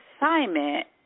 assignment